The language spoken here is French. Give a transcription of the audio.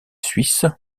suisse